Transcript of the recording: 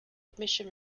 admission